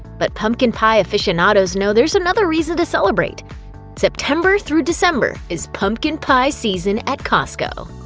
but pumpkin pie aficionados know there's another reason to celebrate september through december is pumpkin pie season at costco.